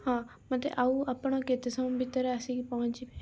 ହଁ ମତେ ଆଉ ଆପଣ କେତେ ସମୟ ଭିତରେ ଆସିକି ପହଁଚିବେ